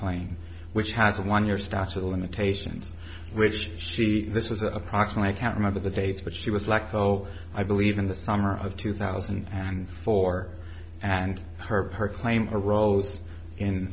claim which has a one year statute of limitations which this was approximately i can't remember the dates but she was like oh i believe in the summer of two thousand and four and heard her claim a rose in